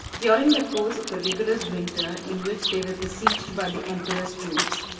during the course of a rigorous winter in which they were besieged by the emperor's troops,